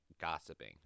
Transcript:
gossiping